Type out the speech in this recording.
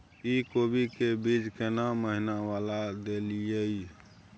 इ कोबी के बीज केना महीना वाला देलियैई?